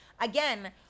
again